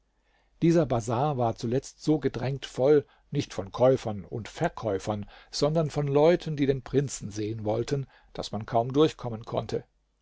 dieser bazar war zuletzt so gedrängt voll nicht von käufern und verkäufern sondern von leuten die den prinzen sehen wollten daß man kaum durchkommen konnte